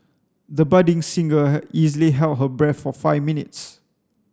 the budding singer easily held her breath for five minutes